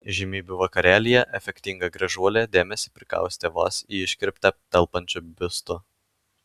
įžymybių vakarėlyje efektinga gražuolė dėmesį prikaustė vos į iškirptę telpančiu biustu